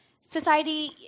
society